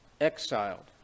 exiled